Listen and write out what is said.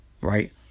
right